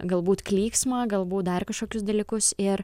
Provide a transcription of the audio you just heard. galbūt klyksmą galbūt dar kažkokius dalykus ir